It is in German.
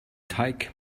teig